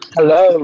Hello